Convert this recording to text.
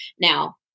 now